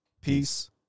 Peace